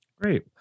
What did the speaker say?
great